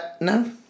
No